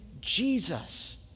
Jesus